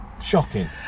shocking